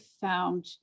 found